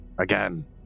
again